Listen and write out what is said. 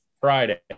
Friday